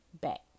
back